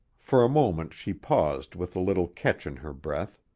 for a moment she paused with a little catch in her breath.